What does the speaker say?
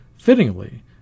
fittingly